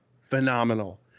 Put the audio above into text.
phenomenal